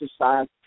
exercise